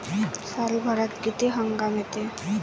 सालभरात किती हंगाम येते?